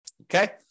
Okay